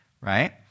right